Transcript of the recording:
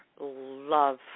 love